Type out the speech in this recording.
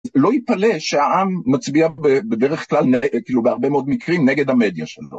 לא ייפלא שהעם מצביע בדרך כלל, כאילו בהרבה מאוד מקרים, נגד המדיה שלו.